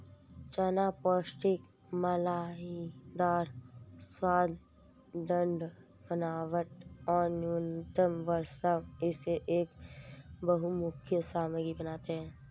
चना पौष्टिक मलाईदार स्वाद, दृढ़ बनावट और न्यूनतम वसा इसे एक बहुमुखी सामग्री बनाते है